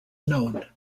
known